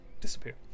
disappear